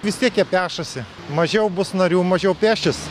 vis tiek jie pešasi mažiau bus narių mažiau pešis